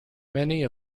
many